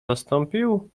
zastąpił